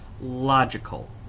logical